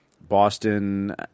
Boston